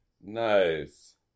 Nice